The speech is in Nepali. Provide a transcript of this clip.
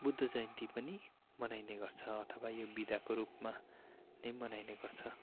बुद्ध जयन्ती पनि मनाइने गर्छ अथवा यो बिदाको रूपमा पनि मनाइने गर्छ